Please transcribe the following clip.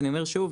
ואני אומר שוב,